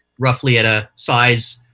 roughly at a size